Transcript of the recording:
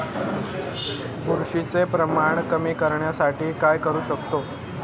बुरशीचे प्रमाण कमी करण्यासाठी काय करू शकतो?